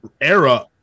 era